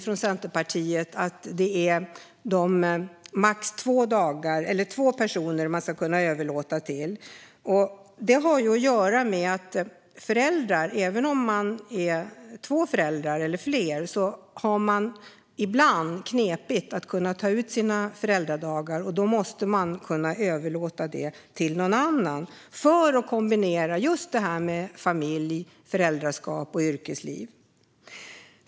Från Centerpartiet menar vi att man ska kunna överlåta föräldradagar till max två personer. Det har att göra med att föräldrar, även om de är två eller fler, ibland har svårt att ta ut sina föräldradagar. Då måste man kunna överlåta dem till någon annan för att kunna kombinera just familj, föräldraskap och yrkesliv.